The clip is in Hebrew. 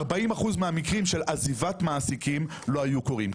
40% מהמקרים של עזיבת מעסיקים לא היו קורים,